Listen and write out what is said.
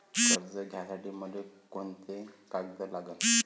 कर्ज घ्यासाठी मले कोंते कागद लागन?